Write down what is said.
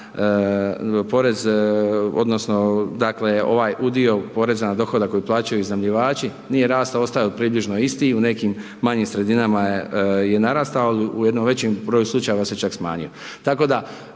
destinacija, dakle, ovaj udio poreza na dohodak koji plaćaju iznajmljivači nije rastao, ostao je približno isti i u nekim manjim sredinama je narastao, al u jednom većem broju slučajeva se čak smanjio,